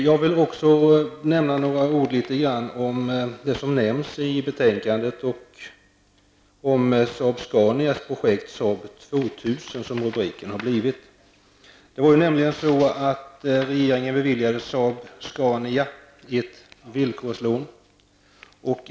Låt mig också säga några ord om det som nämns i betänkandet om Saab-Scanias projekt Saab 2000.